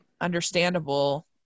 understandable